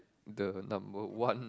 the number one